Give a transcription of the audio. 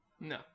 No